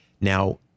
Now